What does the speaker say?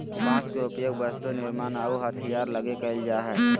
बांस के उपयोग वस्तु निर्मान आऊ हथियार लगी कईल जा हइ